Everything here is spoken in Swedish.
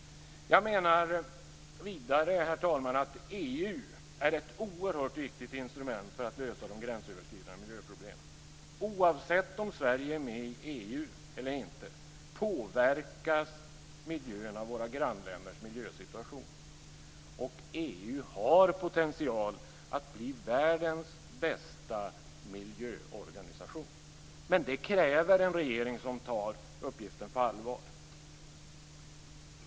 Jag menar vidare, herr talman, att EU är ett oerhört viktigt instrument för att lösa de gränsöverskridande miljöproblemen. Oavsett om Sverige är med i EU eller inte påverkas miljön av våra grannländers miljösituation. Och EU har potential att bli världens bästa miljöorganisation. Men detta kräver en regering som tar uppgiften på allvar.